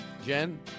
Jen